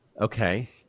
Okay